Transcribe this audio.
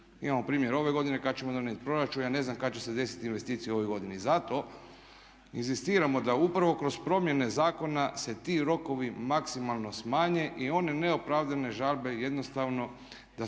Imamo primjer ove godine kad ćemo donijeti proračuna, ja ne znam kad će se desiti investicije u ovoj godini. Zato inzistiramo da upravo kroz promjene zakona se ti rokovi maksimalno smanje i one neopravdane žalbe jednostavno da se